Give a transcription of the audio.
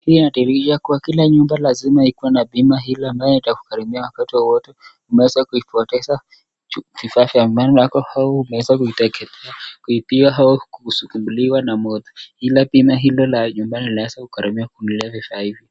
Hii inadhihirisha ya kuwa kila nyumba lazima ikue na bima hilo ambalo litakugharamia wakati wowote umeweza kuipoteza vifaa vya nyumbani yako au umeweza kuiteketea , kuibiwa au kusumbuliwa na moto ila bila hilo la nyumbani linaweza kugharamia kukununulia vifaa hivi.